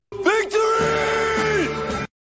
Victory